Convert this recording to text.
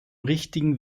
richtigen